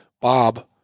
bob